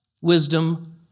wisdom